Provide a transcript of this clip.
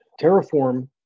Terraform